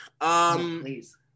Please